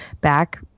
back